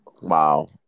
wow